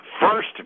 First